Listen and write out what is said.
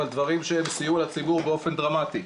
אבל דברים שהם סיוע לציבור באופן דרמטי.